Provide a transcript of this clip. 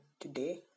today